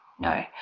No